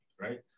right